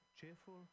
cheerful